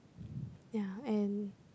ya and